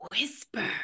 whisper